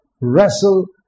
wrestle